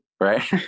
right